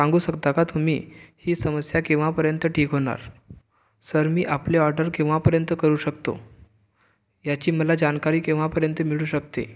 सांगू शकता का तुम्ही ही समस्या केव्हापर्यन्त ठीक होणार सर मी आपली ऑर्डर केव्हापर्यन्त करू शकतो याची मला जानकारी केव्हापर्यन्त मिळू शकते